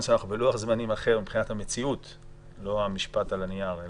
אנחנו בלוח זמנים אחרים לא המשפט על הנייר,